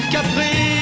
Capri